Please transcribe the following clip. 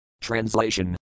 Translation